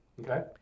okay